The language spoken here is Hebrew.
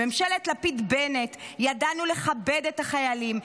בממשלת לפיד-בנט ידענו לכבד את החיילים,